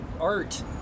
art